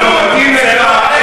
זה לא מתאים לך,